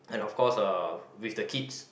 and of course uh with the kids